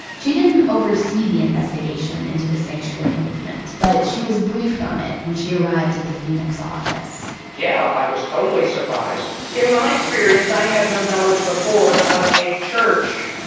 she didn't oversee the investigation into the sanctuary movement, but she was briefed on it when she arrived at the phoenix office yeah. i was totally surprised. in my experience, i had no knowledge before of a church